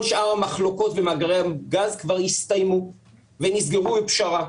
כל שאר המחלוקות ומאגרי הגז כבר הסתיימו ונסגרו בפשרה.